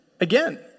again